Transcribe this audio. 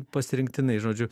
pasirinktinai žodžiu